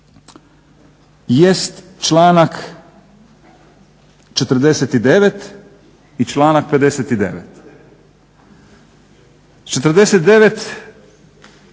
jest članak 49.i članak 59.